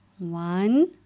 One